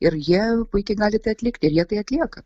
ir jie puikiai gali tai atlikti ir jie tai atlieka